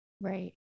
Right